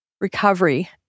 recovery